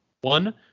one